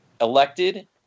elected